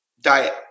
diet